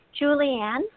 Julianne